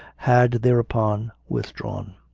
had, thereupon, withdrawn.